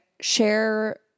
share